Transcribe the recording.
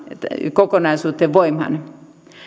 kokonaisuuteen voimaan